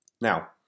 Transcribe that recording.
Now